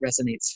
resonates